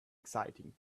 exciting